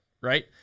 Right